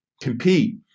compete